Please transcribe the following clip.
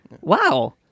Wow